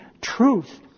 truth